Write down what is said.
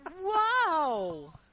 Wow